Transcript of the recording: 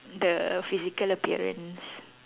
the physical appearance